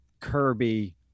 Kirby